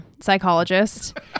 psychologist